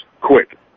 quick